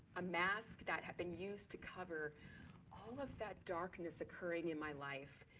a mask that had been used to cover all of that darkness occurring in my life,